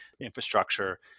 infrastructure